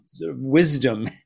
wisdom